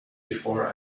before